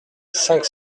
cinq